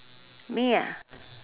me